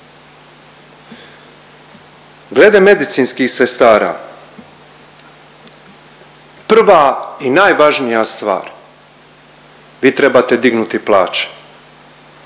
Glede medicinskih sestara prva i najvažnija stvar vi trebate dignuti plaće